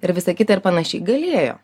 ir visa kita ir panašiai galėjo